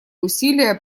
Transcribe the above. усилия